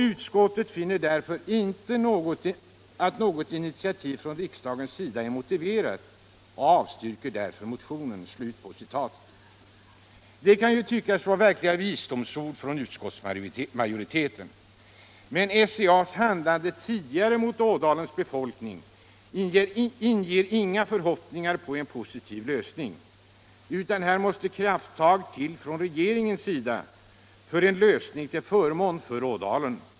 Utskottet finner inte att något initiativ från riksdagens sida är motiverat och avstyrker därför motionen ——=-” Det kan tyckas vara verkliga visdomsord från utskottsmajoriteten. Men SCA:s handlande tidigare mot Ådalens befolkning inger inga förhoppningar om en positiv lösning. Här måste krafttag till från regeringens sida för en lösning till förmån för Ådalen.